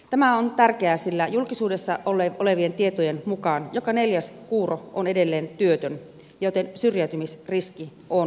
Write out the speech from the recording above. tämä on tärkeää sillä julkisuudessa olevien tietojen mukaan joka neljäs kuuro on edelleen työtön joten syrjäytymisriski on suuri